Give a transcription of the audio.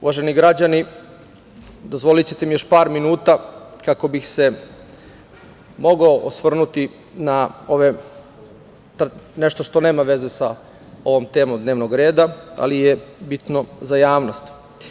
Uvaženi građani, dozvolićete mi još par minuta, kako bih se mogao osvrnuti nešto što nema veze sa ovom temom dnevnog reda, ali je bitno za javnost.